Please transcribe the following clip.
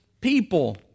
people